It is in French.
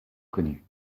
connue